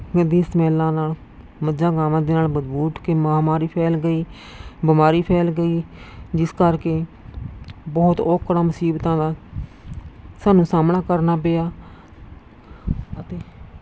ਗੰਦੀ ਸਮੈੱਲ ਆਉਣ ਨਾਲ ਮੱਝਾਂ ਗਾਵਾਂ ਦੇ ਨਾਲ ਬਦਬੂ ਉੱਠ ਕੇ ਮਹਾਮਾਰੀ ਫੈਲ ਗਈ ਬਿਮਾਰੀ ਫੈਲ ਗਈ ਜਿਸ ਕਰਕੇ ਬਹੁਤ ਔਕੜਾਂ ਮੁਸੀਬਤਾਂ ਦਾ ਸਾਨੂੰ ਸਾਹਮਣਾ ਕਰਨਾ ਪਿਆ ਅਤੇ